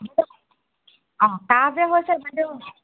অ কাহ যে হৈছে বাইদেউ